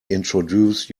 introduce